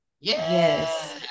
Yes